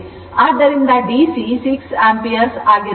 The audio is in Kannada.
ಆದ್ದರಿಂದ ಡಿಸಿ 6 ಆಂಪಿಯರ್ ಆಗಿರುತ್ತದೆ